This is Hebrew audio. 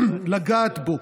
לגעת בו,